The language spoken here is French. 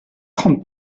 trente